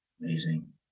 amazing